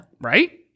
Right